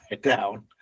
down